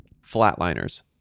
Flatliners